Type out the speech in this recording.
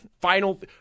final